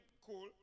cool